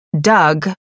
Doug